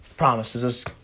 Promise